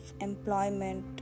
employment